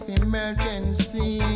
emergency